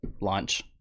Launch